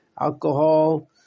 alcohol